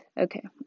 okay